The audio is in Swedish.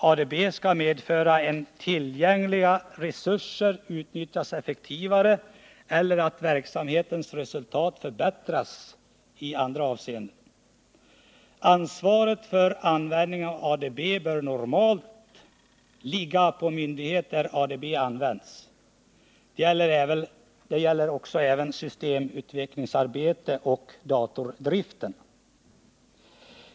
ADB skall medföra att tillgängliga resurser utnyttjas effektivare eller att verksamhetens resultat förbättras i andra avseenden. Ansvaret för användningen av ADB bör normalt ligga på myndigheter där ADB används. Det gäller också systemutvecklingsarbete och datordriften.